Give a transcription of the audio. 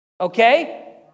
Okay